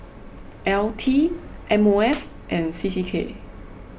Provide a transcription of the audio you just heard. L T M O F and C C K